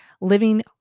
Living